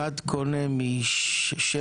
אחד קונה משברון